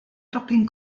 robin